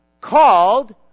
called